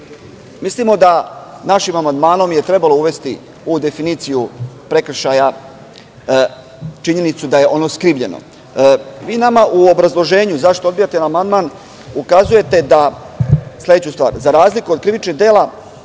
Mislimo da je našim amandmanom trebalo uvesti u definiciju prekršaja činjenicu da je ono skrivljeno. U obrazloženju zašto odbijate amandman ukazujete na sledeću stvar – za razliku od krivičnih dela